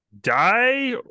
die